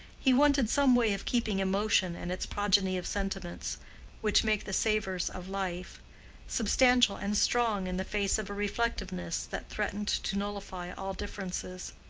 he wanted some way of keeping emotion and its progeny of sentiments which make the savors of life substantial and strong in the face of a reflectiveness that threatened to nullify all differences.